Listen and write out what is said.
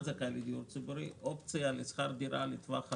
זכאי לדיור ציבורי אופציה לשכר דירה לטווח ארוך,